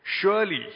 Surely